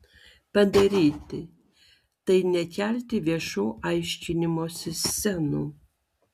padaryti tai nekelti viešų aiškinimosi scenų